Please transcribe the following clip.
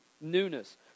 newness